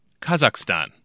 Kazakhstan